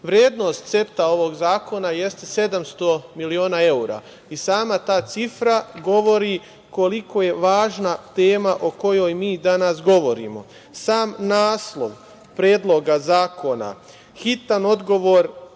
seta ovog zakona jeste 700 miliona evra i sama ta cifra govori koliko je važna tema o kojoj mi danas govorimo, sam naslov Predloga zakona „Hitan odgovor